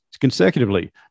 consecutively